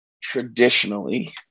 traditionally